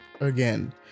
again